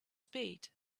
speed